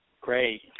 Great